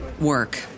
work